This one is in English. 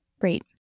Great